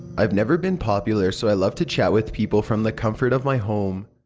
i've never been popular so i love to chat with people from the comfort of my home.